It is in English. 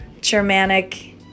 Germanic